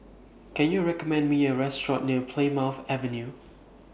Can YOU recommend Me A Restaurant near Plymouth Avenue